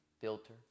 Filter